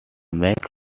make